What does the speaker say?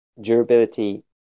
durability